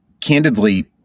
candidly